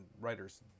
writers